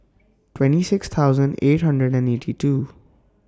twenty six thousand eight hundred and eighty two